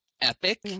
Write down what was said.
epic